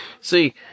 See